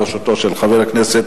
בראשות חבר הכנסת